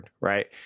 right